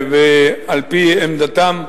ועל-פי עמדתם,